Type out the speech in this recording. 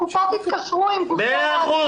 הקופות יתקשרו עם גופי ה- -- מאה אחוז.